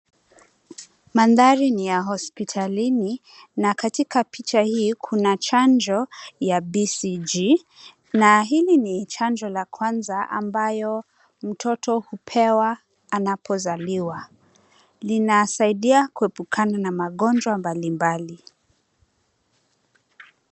Mandhari ni ya hospitalini na katika picha hii kuna chanjo ya BCG, na hili ni chanjo la kwanza ambayo mtoto hupewa anapozaliwa. Linasaidia kuepukana na magonjwa mbalimbali.